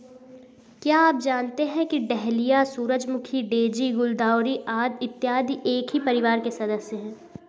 क्या आप जानते हैं कि डहेलिया, सूरजमुखी, डेजी, गुलदाउदी इत्यादि एक ही परिवार के सदस्य हैं